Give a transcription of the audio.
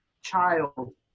child